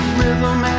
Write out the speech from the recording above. rhythm